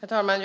Herr talman!